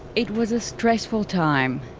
it was a stressful time.